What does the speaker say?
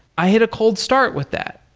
i hit a cold start with that.